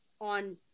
on